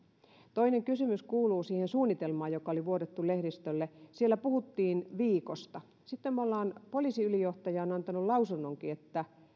toinen kysymys kuuluu siihen suunnitelmaan joka oli vuodettu lehdistölle siellä puhuttiin viikosta sitten poliisiylijohtaja on antanut lausunnonkin että